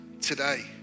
today